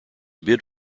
bid